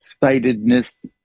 sightedness